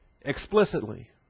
explicitly